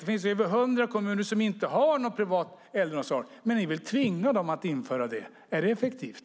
Det finns över hundra kommuner som inte har någon privat äldreomsorg, men ni vill tvinga dem att införa det. Är det effektivt?